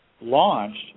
launched